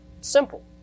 Simple